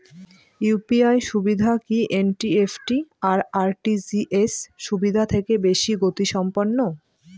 UPI সুবিধা কি NEFT আর আর.টি.জি.এস সুবিধা থেকে বেশি গতিসম্পন্ন?